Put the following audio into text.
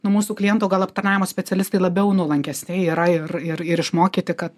nu mūsų klientų gal aptarnavimo specialistai labiau nuolankesni yra ir ir ir išmokyti kad